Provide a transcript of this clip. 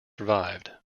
survived